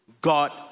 God